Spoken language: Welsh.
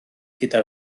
gyda